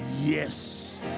yes